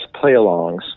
play-alongs